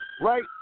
Right